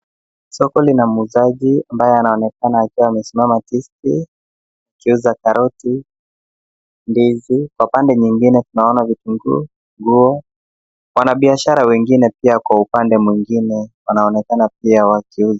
Soko lina muuzaji ambaye anaonekana akiwa amesimama tisti, akiuza karoti, ndizi. Kwa pande nyingine tunaona vitunguu, nguo. Wanabiashara wengine pia kwa upande mwingine wanaonekana pia wakiuza.